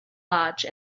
large